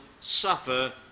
suffer